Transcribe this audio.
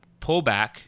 pullback